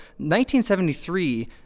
1973